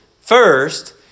First